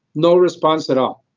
no response at all.